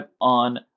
on